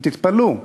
ותתפלאו,